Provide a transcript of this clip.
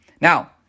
Now